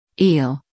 eel